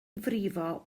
frifo